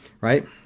right